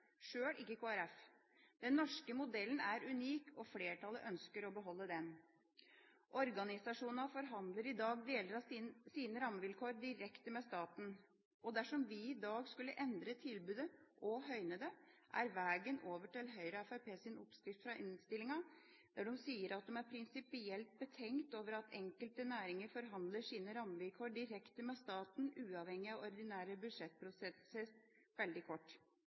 sjøl ikke Kristelig Folkeparti. Den norske modellen er unik, og flertallet ønsker å beholde den. Organisasjonene forhandler i dag deler av sine rammevilkår direkte med staten. Dersom vi i dag skulle endre tilbudet, og høyne det, er vegen over til Høyre og Fremskrittspartiets oppskrift i innstillinga – der de sier at de er prinsipielt betenkt over at enkelte næringer forhandler sine rammevilkår direkte med staten, uavhengig av ordinære budsjettprosesser – veldig kort.